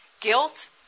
guilt